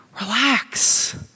relax